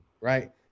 right